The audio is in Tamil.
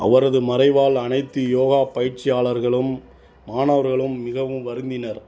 அவரது மறைவால் அனைத்து யோகா பயிற்சியாளர்களும் மாணவர்களும் மிகவும் வருந்தினர்